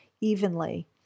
evenly